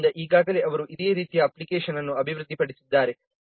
ಆದ್ದರಿಂದ ಈಗಾಗಲೇ ಅವರು ಇದೇ ರೀತಿಯ ಅಪ್ಲಿಕೇಶನ್ ಅನ್ನು ಅಭಿವೃದ್ಧಿಪಡಿಸಿದ್ದಾರೆ